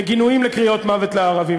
לגינויים לקריאות "מוות לערבים".